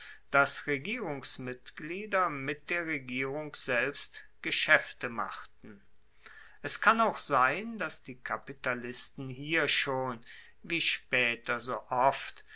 dass regierungsmitglieder mit der regierung selbst geschaefte machten es kann auch sein dass die kapitalisten hier schon wie spaeter so oft